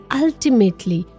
ultimately